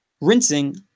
rinsing